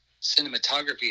cinematography